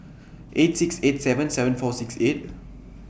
eight six eight seven seven four six eight